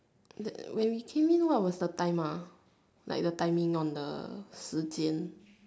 that when we came in what is the time ah like the timing on the 时间